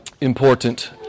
important